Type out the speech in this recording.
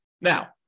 Now